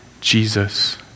Jesus